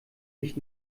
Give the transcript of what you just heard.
nicht